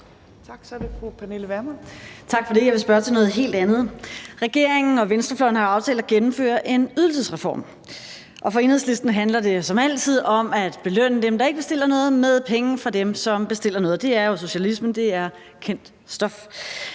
Tak for det. Jeg vil spørge til noget helt andet. Regeringen og venstrefløjen har jo aftalt at gennemføre en ydelsesreform, og for Enhedslisten handler det jo som altid om at belønne dem, der ikke bestiller noget, med penge fra dem, som bestiller noget. Det er jo socialismen, det er kendt stof.